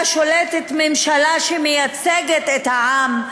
שבה שולטת ממשלה שמייצגת את העם,